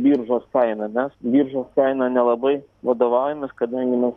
biržos kaina mes biržos kaina nelabai vadovaujamės kadangi mes